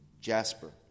jasper